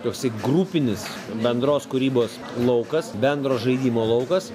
toksai grupinis bendros kūrybos laukas bendro žaidimo laukas